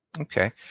Okay